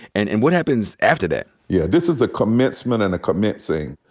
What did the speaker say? and and what happens after that? yeah. this is commencement and a commencing.